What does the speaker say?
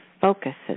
focuses